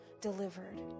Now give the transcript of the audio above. delivered